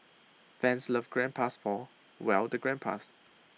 fans love grandpas four well the grandpas